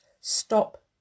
stop